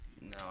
No